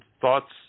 thoughts